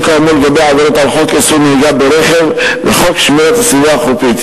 כאמור לגבי עבירות על חוק איסור נהיגה ברכב וחוק שמירת הסביבה החופית.